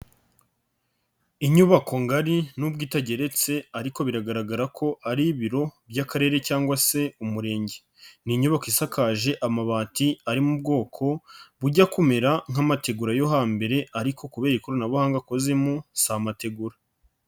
Inyubako ngari nubwo itageretse ariko biragaragara ko ari ibiro by'akarere cyangwa se umurenge, ni inyubako isakaje amabati arimo ubwoko bujya kumera nk'amategura yo hambere ariko kubera ikoranabuhanga akozemo si amategura.